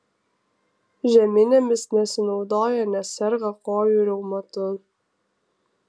žeminėmis nesinaudoja nes serga kojų reumatu